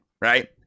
right